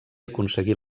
aconseguir